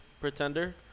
pretender